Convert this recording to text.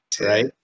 Right